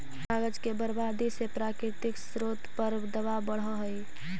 कागज के बर्बादी से प्राकृतिक स्रोत पर दवाब बढ़ऽ हई